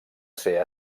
ser